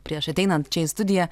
prieš ateinant čia į studiją